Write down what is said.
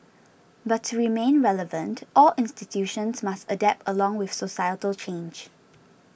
but to remain relevant all institutions must adapt along with societal change